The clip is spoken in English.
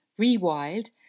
Rewild